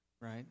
right